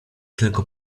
tylko